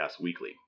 weekly